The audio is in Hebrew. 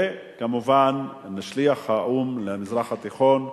וכמובן שליח האו"ם למזרח התיכון,